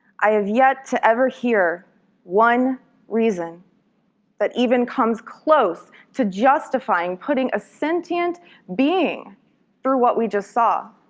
i have yet to ever hear one reason that even comes close to justifying putting a sentient being through what we just saw.